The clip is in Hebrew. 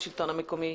השלטון המקומי,